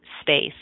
space